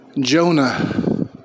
Jonah